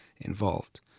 Involved